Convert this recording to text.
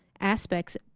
aspects